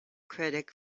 critic